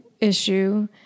issue